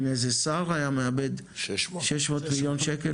אם איזה שר היה מאבד 600 מיליון שקל,